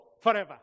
forever